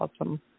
awesome